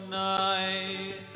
night